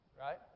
right